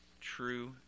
true